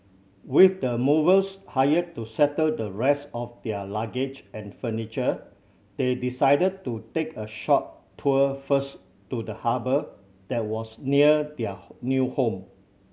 with the movers hired to settle the rest of their luggage and furniture they decided to take a short tour first to the harbour that was near their new home